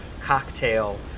cocktail